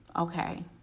okay